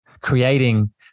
Creating